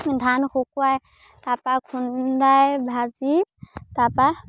ধান শুকুৱাই তাৰপৰা খুন্দাই ভাজি তাৰপৰা